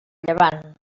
llevant